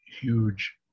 huge